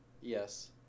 yes